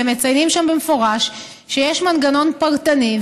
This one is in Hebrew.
והם מציינים שם במפורש שיש מנגנון פרטני,